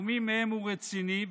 ומי מהם הוא רציני,